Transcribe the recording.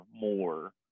more